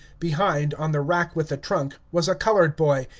behind, on the rack with the trunk, was a colored boy,